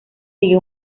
sigue